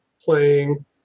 playing